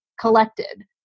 collected